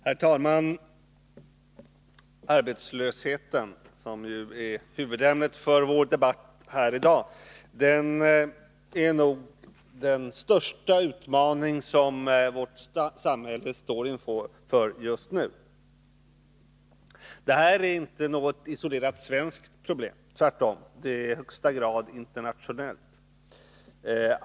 Herr talman! Arbetslösheten, som ju är huvudämnet för vår debatt i dag, är nog den största utmaning som vårt samhälle möter just nu. Den är inte något isolerat svenskt problem. Tvärtom, problemet är i högsta grad internationellt.